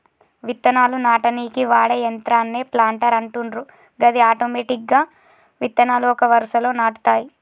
విత్తనాలు నాటనీకి వాడే యంత్రాన్నే ప్లాంటర్ అంటుండ్రు గది ఆటోమెటిక్గా విత్తనాలు ఒక వరుసలో నాటుతాయి